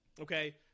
Okay